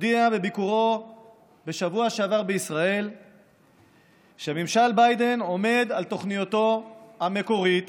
הודיע בביקורו בשבוע שעבר בישראל שממשל ביידן עומד על תוכניתו המקורית,